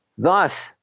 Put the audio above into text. Thus